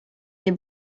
les